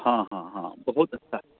हाँ हाँ हाँ बहुत अच्छा